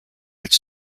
its